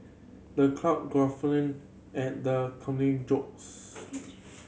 the crowd guffawed at the comedian's jokes